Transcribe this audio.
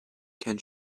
can